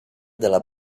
della